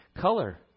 color